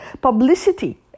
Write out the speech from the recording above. publicity